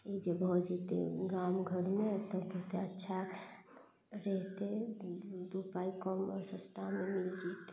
ई जे भऽ जेतय गाम घरमे तऽ बहुते अच्छा रहितइ दू पाइ कम आओर सस्तामे मिल जेतय